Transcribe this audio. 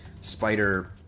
spider